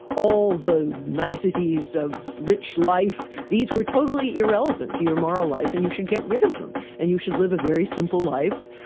all the niceties of rich life, these were totally irrelevant to your moral life and you should get rid of them and you should live a very simple life.